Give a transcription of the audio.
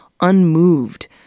unmoved